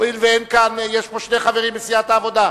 הואיל ויש כאן שני חברים מסיעת העבודה,